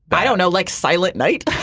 but i don't know, like silent night